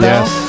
Yes